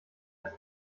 als